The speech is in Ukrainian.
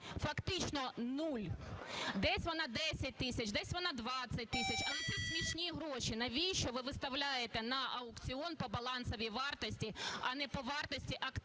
фактично нуль. Десь вона 10 тисяч, десь вона 20 тисяч, але це смішні гроші. Навіщо ви виставляєте на аукціон по балансовій вартості, а не по вартості активів